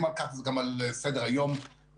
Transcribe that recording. על כך זה גם על סדר-היום לאחרונה